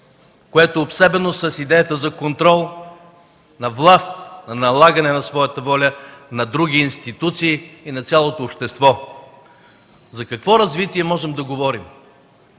което е обсебено с идеята за контрол на власт, на налагане на своята воля на други институции и на цялото общество. За какво развитие можем да говорим?